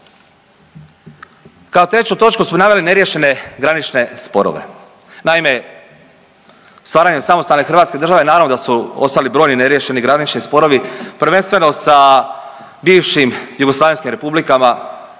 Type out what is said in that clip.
Kao treću točku smo naveli neriješene granične sporove. Naime, stvaranjem samostalne hrvatske države naravno da su ostali brojni neriješeni granični sporovi, prvenstveno sa bivšim jugoslavenskim republikama,